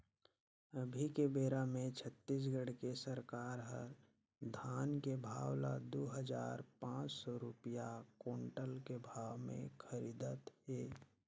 अभी के बेरा मे छत्तीसगढ़ के सरकार हर धान के भाव ल दू हजार पाँच सौ रूपिया कोंटल के भाव मे खरीदत हे